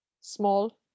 small